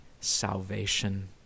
salvation